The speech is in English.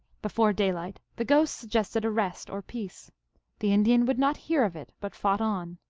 before daylight the ghost suggested a rest, or peace the indian would not hear of it, but fought on.